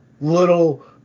Little